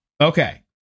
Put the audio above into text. Okay